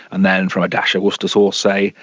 and then from a dash of worcestershire sauce, say,